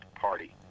party